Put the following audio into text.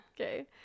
okay